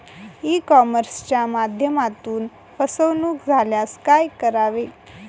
E कॉमर्सच्या माध्यमातून फसवणूक झाल्यास काय करावे?